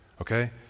Okay